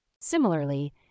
Similarly